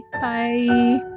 Bye